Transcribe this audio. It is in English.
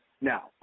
Now